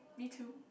me too